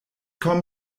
komm